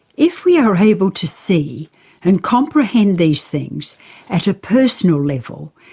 if we are able to see and comprehend these things at a personal level,